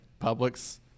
Publix